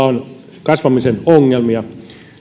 on kasvamisen ongelmia